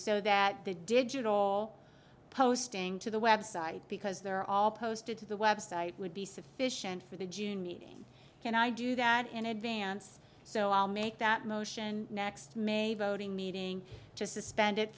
so that the digital posting to the website because they're all posted to the website would be sufficient for the june meeting can i do that in advance so i'll make that motion next made voting meeting to suspend